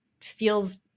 feels